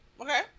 Okay